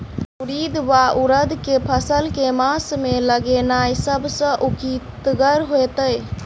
उड़ीद वा उड़द केँ फसल केँ मास मे लगेनाय सब सऽ उकीतगर हेतै?